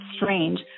strange